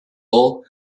all